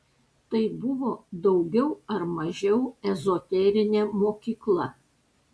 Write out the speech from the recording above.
tai buvo daugiau ar mažiau ezoterinė mokykla